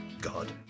God